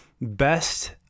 Best